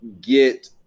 get